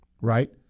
right